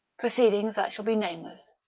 proceedings that shall be nameless,